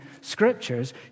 scriptures